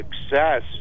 success